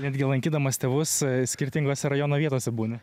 netgi lankydamas tėvus skirtingose rajono vietose būni